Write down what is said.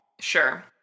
Sure